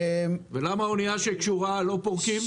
ולמה אונייה שקשורה לא פורקים?